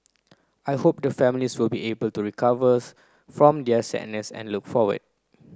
I hope the families will be able to recovers from their sadness and look forward